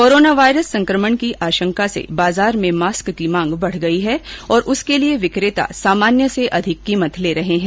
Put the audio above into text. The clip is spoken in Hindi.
कोरोना वायरस संक्रमण की आशंका से बाजार में मास्क की मांग बढ़ गई है और उसके लिए विकेता सामान्य से अधिक कीमत ले रहे है